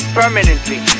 permanently